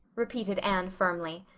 repeated anne firmly,